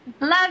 Love